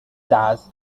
thus